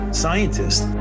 scientists